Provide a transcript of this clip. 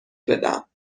بدم